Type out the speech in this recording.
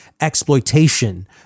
exploitation